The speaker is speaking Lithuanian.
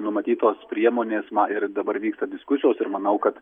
numatytos priemonės ir dabar vyksta diskusijos ir manau kad